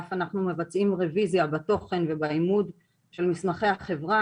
ואנחנו אף מבצעים רוויזיה בתוכן ובעימוד של מסמכי החברה,